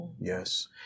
Yes